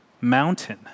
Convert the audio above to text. mountain